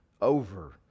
over